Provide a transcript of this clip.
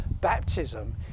baptism